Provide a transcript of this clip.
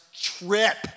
trip